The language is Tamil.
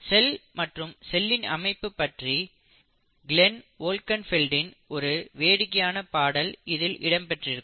செல் மற்றும் செல்லின் அமைப்பு பற்றி கிளேன் வோல்கென்பெல்டின் ஒரு வேடிக்கையான பாடல் இதில் இடம் பெற்றிருக்கும்